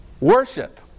Worship